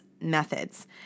methods